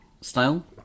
style